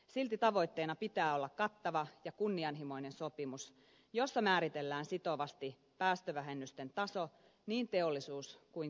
silti tavoitteena pitää olla kattava ja kunnianhimoinen sopimus jossa määritellään sitovasti päästövähennysten taso niin teollisuus kuin kehitysmaillekin